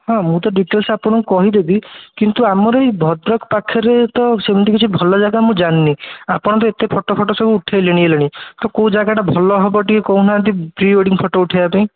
ହଁ ମୁଁ ତ ଡ଼ିଟେଲସ୍ ଆପଣଙ୍କୁ କହିଦେବି କିନ୍ତୁ ଆମର ଏଇ ଭଦ୍ରକ ପାଖରେ ତ ସେମିତି କିଛି ଭଲ ଜାଗା ମୁଁ ଜାଣିନି ଆପଣ ତ ଏତେ ଫୋଟୋ ଫୋଟୋ ସବୁ ଉଠେଇଲେଣି ଆଉ କୋଉ ଜାଗାଟା ଭଲ ହେବ ଟିକେ କହୁନାହାନ୍ତି ପ୍ରି ୱେଡ଼ିଙ୍ଗ୍ ଫୋଟୋ ଉଠେଇବା ପାଇଁ